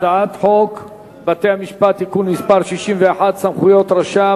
הצעת חוק בתי-המשפט (תיקון מס' 61) (סמכויות רשם),